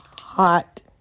hot